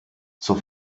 zur